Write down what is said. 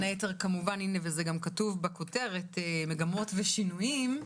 על מגמות ושינויים.